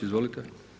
Izvolite.